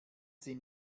sie